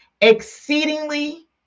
exceedingly